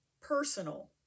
personal